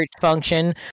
function